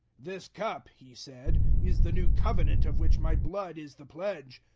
this cup, he said, is the new covenant of which my blood is the pledge.